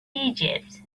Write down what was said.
egypt